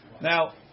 Now